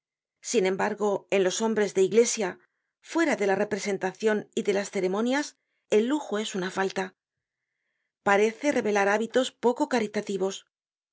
artes sinembargo en los hombres de iglesia fuera de la representacion y de las ceremonias el lujo es una falta parece revelar hábitos poco caritativos un